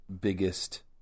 biggest